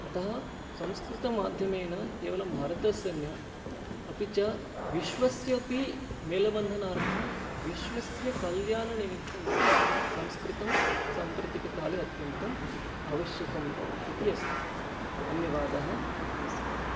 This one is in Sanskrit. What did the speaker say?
अतः संस्कृतमाध्यमेन केवलं भारतस्य न अपि च विश्वस्यापि मेलबन्धनार्थं विश्वस्य कल्याणनिमित्तं संस्कृतं साम्प्रतिककाले अत्यन्तम् आवश्यकम् इति अस्ति धन्यवादः नमस्कारः